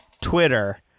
Twitter